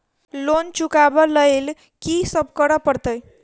Loan चुका ब लैल की सब करऽ पड़तै?